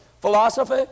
philosophy